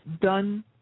done